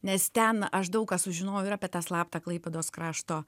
nes ten aš daug ką sužinojau ir apie tą slaptą klaipėdos krašto